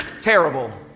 terrible